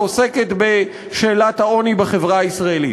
שעוסקת בשאלת העוני בחברה הישראלית.